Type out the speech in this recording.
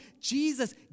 Jesus